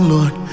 Lord